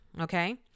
okay